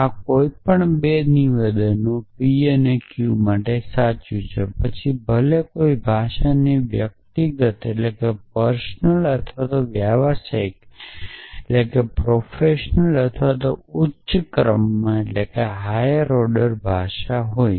આ કોઈપણ 2 નિવેદનો p અને q માટે સાચું છે કે પછી ભલે કોઈ ભાષાની વ્યક્તિગત અથવા વ્યવસાયિક અથવા ઉચ્ચ ક્રમમાં ભાષા હોય